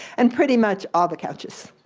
and pretty much all the couches.